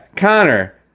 Connor